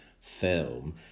film